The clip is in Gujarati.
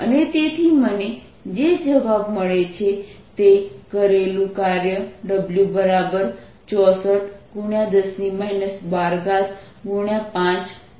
અને તેથી મને જે જવાબ મળે છે તે કરેલું કાર્ય W64 ×10 12×5×10 2×9×1092××10 4 છે જે W64 ×5××92×2410 1 છે